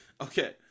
Okay